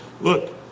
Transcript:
Look